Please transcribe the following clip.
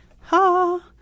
ha